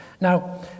Now